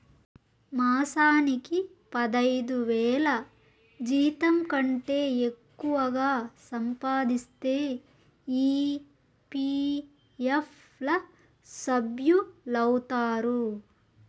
మాసానికి పదైదువేల జీతంకంటే ఎక్కువగా సంపాదిస్తే ఈ.పీ.ఎఫ్ ల సభ్యులౌతారు